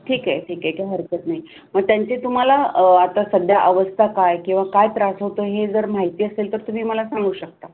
ठीक आहे ठीक आहे काय हरकत नाही मग त्यांची तुम्हाला आता सध्या अवस्था काय किंवा काय त्रास होतो हे जर माहिती असेल तर तुम्ही मला सांगू शकता